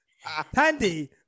Handy